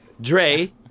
Dre